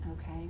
okay